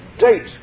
date